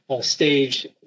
stage